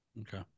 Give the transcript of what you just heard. Okay